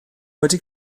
wedi